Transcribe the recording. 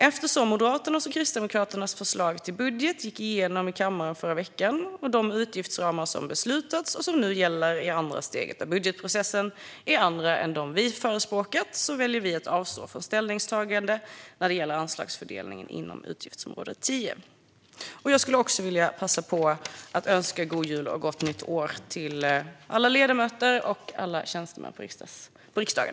Eftersom Moderaternas och Kristdemokraternas förslag till budget gick igenom i kammaren förra veckan och de utgiftsramar som beslutats och som nu gäller i andra steget av budgetprocessen är andra än de vi förespråkat väljer vi att avstå från ställningstagande när det gäller anslagsfördelningen inom utgiftsområde 10. Jag skulle också vilja passa på att önska god jul och gott nytt år till alla ledamöter och alla tjänstemän i riksdagen.